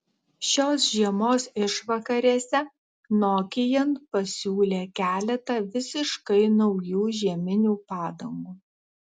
šios žiemos išvakarėse nokian pasiūlė keletą visiškai naujų žieminių padangų